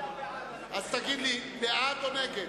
אז תגיד לי, בעד או נגד?